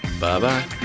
Bye-bye